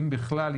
אם בכלל.